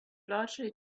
already